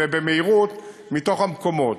ובמהירות מתוך המקומות.